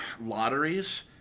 lotteries